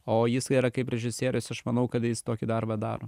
o jis yra kaip režisierius aš manau kad jis tokį darbą daro